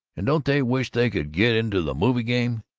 and don't they wish they could get into the movie game!